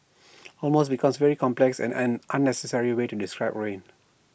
almost because very complex and an unnecessary way to describe rain